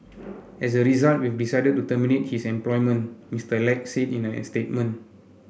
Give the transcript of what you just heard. as a result we've decided to terminate his employment Mr Lack said in a statement